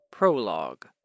Prologue